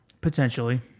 Potentially